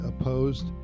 opposed